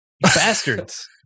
Bastards